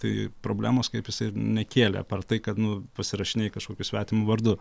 tai problemos kaip jisai ir nekėlė apart tai kad nu pasirašinėji kažkokiu svetimu vardu